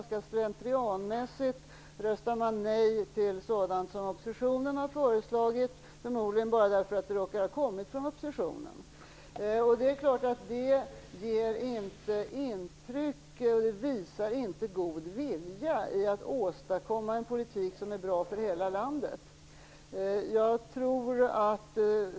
Slentrianmässigt röstar man nej till det oppositionen har föreslagit, förmodligen bara därför att det råkar ha kommit från oppositionen. Det visar inte på någon god vilja att åstadkomma en politik som är bra för hela landet.